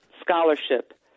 scholarship